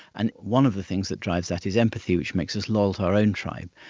and one of the things that drives that is empathy, which makes us loyal to our own tribe,